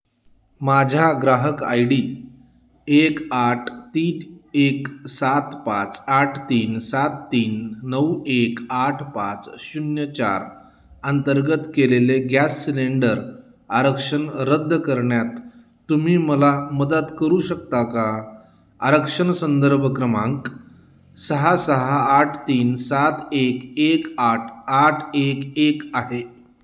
माझ्या ग्राहक I D एक आठ तीन एक सात पाच आठ तीन सात तीन नऊ एक आठ पाच शून्य चार अंतर्गत केलेले गॅस सिलेंडर आरक्षण रद्द करण्यात तुम्ही मला मदत करू शकता का आरक्षण संदर्भ क्रमांक सहा सहा आठ तीन सात एक एक आठ आठ एक एक आहे